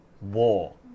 War